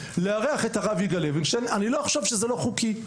לארח את הרב יגאל לווינשטיין אני לא אחשוב שזה לא חוקי.